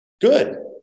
Good